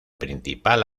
principal